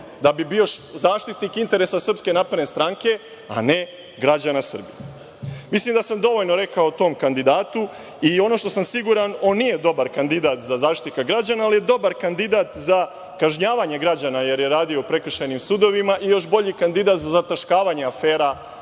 da bi bio zaštitnik interesa Srpske napredne stranke, a ne građana Srbije. Mislim da sam dovoljno rekao o tom kandidatu. Ono što sam siguran – on nije dobar kandidat za Zaštitnika građana, ali je dobar kandidat za kažnjavanje građana, jer je radio u prekršajnim sudovima i još bolji kandidat za zataškavanje afera